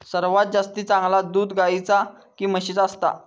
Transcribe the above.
सर्वात जास्ती चांगला दूध गाईचा की म्हशीचा असता?